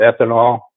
ethanol